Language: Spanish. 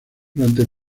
durante